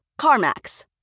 CarMax